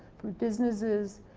businesses,